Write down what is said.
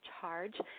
charge